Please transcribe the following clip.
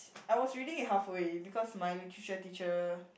I was reading it half way because my literature teacher